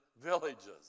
villages